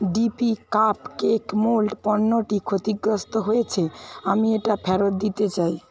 DP cupcake mould পণ্যটি ক্ষতিগ্রস্থ হয়েছে আমি এটা ফেরত দিতে চাই